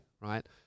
right